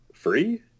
free